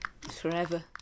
Forever